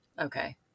Okay